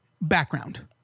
background